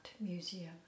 Museum